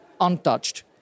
untouched